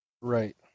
right